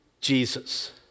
Jesus